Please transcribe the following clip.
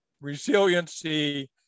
resiliency